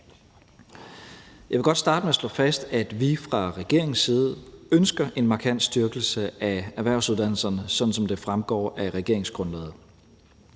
Jeg vil godt starte med at slå fast, at vi fra regeringens side ønsker en markant styrkelse af erhvervsuddannelserne, sådan som det fremgår af regeringsgrundlaget.